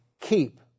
keep